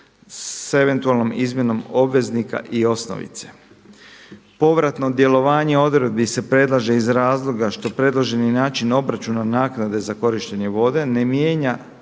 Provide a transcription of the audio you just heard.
s eventualnom izmjenom obveznika i osnovice. Povratno djelovanje odredbi se predlaže iz razloga što predloženi način obračuna naknade za korištenje vode ne mijenja